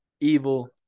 evil